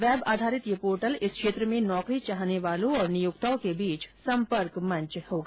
web आधारित यह portal इस क्षेत्र में नौकरी चाहने वालों और नियोक्ताओं के बीच संपर्क मंच होगा